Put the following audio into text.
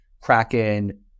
Kraken